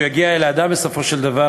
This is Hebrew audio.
כשהוא יגיע אל האדם בסופו של דבר,